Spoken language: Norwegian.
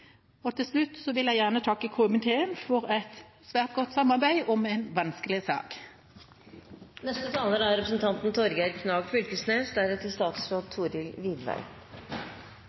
protokollen. Til slutt vil jeg gjerne takke komiteen for et svært godt samarbeid om en vanskelig sak. Eg vil takke saksordføraren for eit veldig godt stykke arbeid i denne saka. Det er